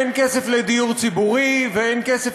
אין כסף לדיור ציבורי, ואין כסף